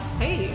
hey